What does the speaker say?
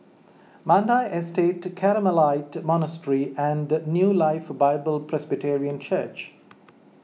Mandai Estate Carmelite Monastery and New Life Bible Presbyterian Church